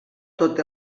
tot